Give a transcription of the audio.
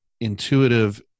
intuitive